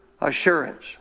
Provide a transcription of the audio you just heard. assurance